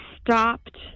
stopped